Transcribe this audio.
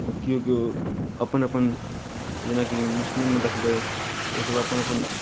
केओ केओ अपन अपन जेनाकि मुस्लिममे देखबै तऽ ओसभ अपन अपन